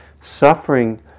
Suffering